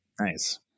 Nice